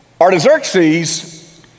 Artaxerxes